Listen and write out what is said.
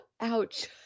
Ouch